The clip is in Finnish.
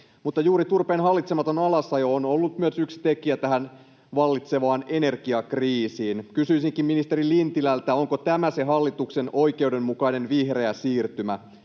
mutta juuri turpeen hallitsematon alasajo on ollut myös yksi tekijä tähän vallitsevaan energiakriisiin. Kysyisinkin ministeri Lintilältä: onko tämä se hallituksen oikeudenmukainen vihreä siirtymä?